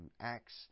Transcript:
Acts